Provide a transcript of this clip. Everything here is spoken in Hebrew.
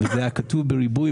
והריבית